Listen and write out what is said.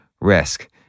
risk